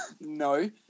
No